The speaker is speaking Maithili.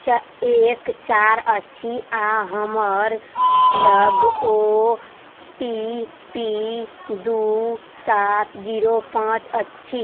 एक चारि अछि आओर हमर लग ओ टी पी दू सात जीरो पाँच अछि